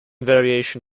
variation